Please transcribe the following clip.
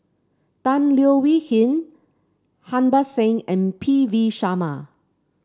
Tan Leo Wee Hin Harbans Singh and P V Sharma